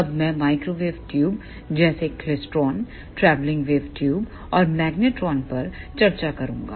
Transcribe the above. तब मैं microwave tube जैसे क्लेस्ट्रॉन ट्रैवलिंग वेव ट्यूब और मैग्नेट्रॉन पर चर्चा करूंगा